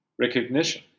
recognition